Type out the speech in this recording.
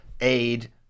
aid